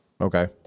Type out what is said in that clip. Okay